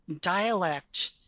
dialect